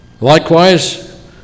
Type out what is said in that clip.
Likewise